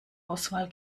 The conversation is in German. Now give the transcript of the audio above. auswahl